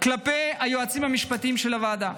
כלפי היועצים המשפטיים של הוועדה.